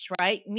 right